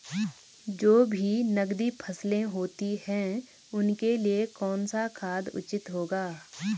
जो भी नकदी फसलें होती हैं उनके लिए कौन सा खाद उचित होगा?